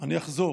אני אחזור.